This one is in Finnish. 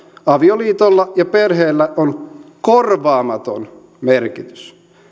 avioliitolla ja perheellä on korvaamaton merkitys